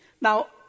Now